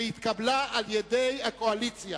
שהתקבלה על-ידי הקואליציה.